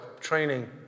training